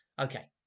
Okay